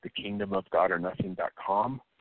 Thekingdomofgodornothing.com